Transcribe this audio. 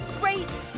Great